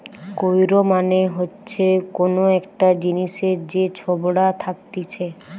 কৈর মানে হচ্ছে কোন একটা জিনিসের যে ছোবড়া থাকতিছে